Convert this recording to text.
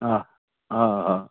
हा हा हा